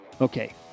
Okay